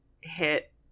hit